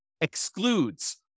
excludes